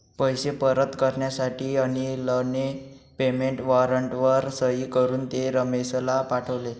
पैसे परत करण्यासाठी अनिलने पेमेंट वॉरंटवर सही करून ते रमेशला पाठवले